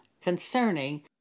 concerning